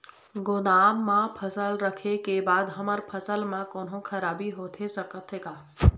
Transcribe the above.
गोदाम मा फसल रखें के बाद हमर फसल मा कोन्हों खराबी होथे सकथे का?